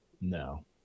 no